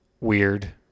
weird